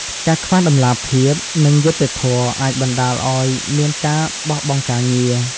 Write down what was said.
ការខ្វះតម្លាភាព ឬយុត្តិធម៌អាចបណ្ដាលឲ្យមានការបោះបង់ការងារ។